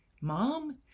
Mom